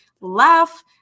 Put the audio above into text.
laugh